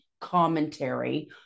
commentary